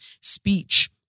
speech